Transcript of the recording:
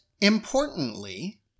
importantly